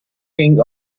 king